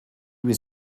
was